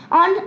on